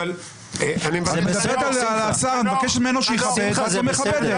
את מדברת על השר, מבקשת ממנו שיכבד, ואת לא מכבדת.